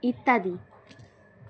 ইত্যাদি